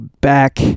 back